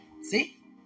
See